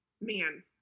man